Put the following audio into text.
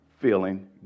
feeling